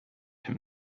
him